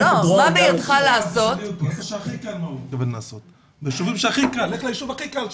בישובים שהכי קל, לך לישוב הכי קל שלך,